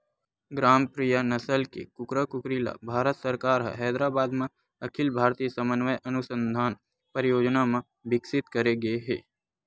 ग्रामप्रिया नसल के कुकरा कुकरी ल भारत सरकार ह हैदराबाद म अखिल भारतीय समन्वय अनुसंधान परियोजना म बिकसित करे गे हे